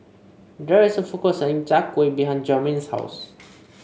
there is a food court selling Chai Kuih behind Jermain's house